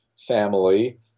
family